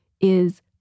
is-